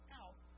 out